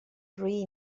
roí